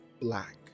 black